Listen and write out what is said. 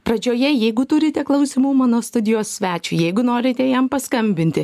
pradžioje jeigu turite klausimų mano studijos svečiui jeigu norite jam paskambinti